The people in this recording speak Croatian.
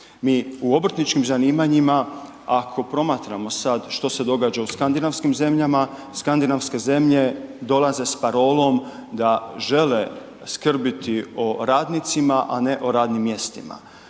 Mi u obrtničkim zanimanjima ako promatramo sada što se događa u skandinavskim zemljama, skandinavske zemlje dolaze s parolom da žele skrbiti o radnicima, a ne o radnim mjestima.